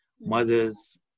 mothers